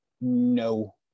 no